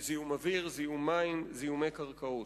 של זיהום אוויר, זיהום מים, זיהום קרקעות.